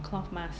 cloth mask